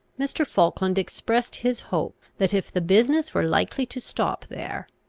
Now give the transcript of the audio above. mr. falkland expressed his hope that, if the business were likely to stop there,